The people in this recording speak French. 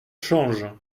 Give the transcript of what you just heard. change